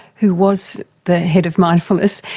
who was the head of mindfulness,